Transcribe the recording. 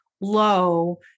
low